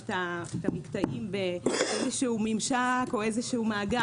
את המקטעים באיזשהו ממשק או באיזשהו מאגר.